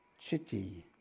chitti